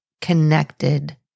connected